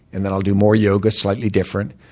and then i'll do more yoga, slightly different.